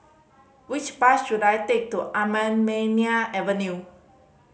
which bus should I take to Anamalai Avenue